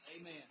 Amen